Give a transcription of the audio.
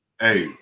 Hey